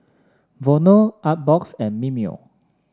Vono Artbox and Mimeo